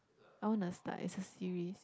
I wanna start it's a series